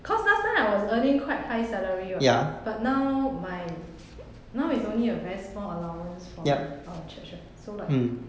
cause last time I was earning quite high salary [what] but now my now is only a very small allowance for uh our church so like